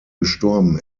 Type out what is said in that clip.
gestorben